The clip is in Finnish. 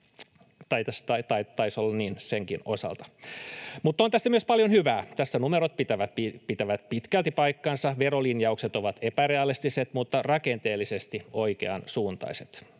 Taisi olla niin senkin osalta. Mutta on tässä myös paljon hyvää. Tässä numerot pitävät pitkälti paikkansa. Verolin-jaukset ovat epärealistiset, mutta rakenteellisesti oikeansuuntaiset.